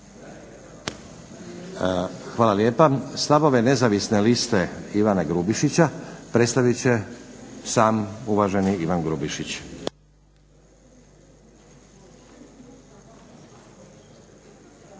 Hvala lijepa. Stavove nezavisne liste Ivana Grubišića predstavit će sam uvaženi Ivan Grubišić.